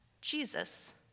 Jesus